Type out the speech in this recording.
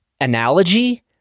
analogy